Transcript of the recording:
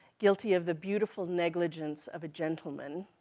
guilty of the beautiful negligence of a gentleman,